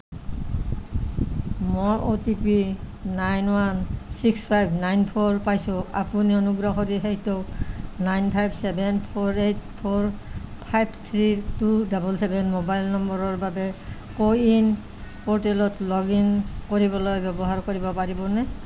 মই O T P nine one six five nine four পাইছোঁ আপুনি অনুগ্ৰহ কৰি সেইটো nine five seven four eight four five three two seven seven mobile নম্বৰৰ বাবে কো ৱিন প'ৰ্টেলত লগ ইন কৰিবলৈ ব্যৱহাৰ কৰিব পাৰিবনে